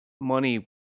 money